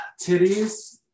titties